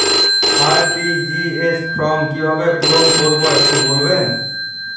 RTGS form কিভাবে পূরণ করবো একটু বলবেন?